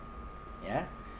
ya